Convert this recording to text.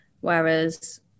whereas